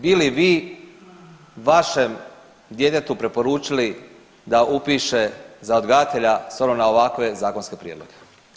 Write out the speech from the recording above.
Bi li vi vašem djetetu preporučili da upiše za odgajatelja s obzirom na ovakve zakonske prijedloge?